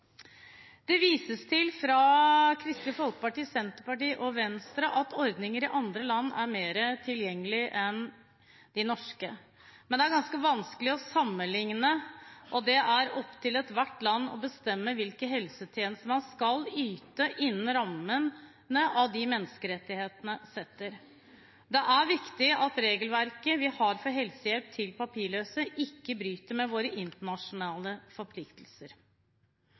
Det vises i merknader fra Kristelig Folkeparti, Senterpartiet og Venstre til at ordninger i andre land er mer tilgjengelige enn de norske. Men det er ganske vanskelig å sammenligne, og det er opp til hvert land å bestemme hvilke helsetjenester man skal yte innenfor rammene som menneskerettighetene setter. Det er viktig at regelverket vi har for helsehjelp til papirløse, ikke bryter med våre internasjonale forpliktelser.